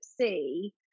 see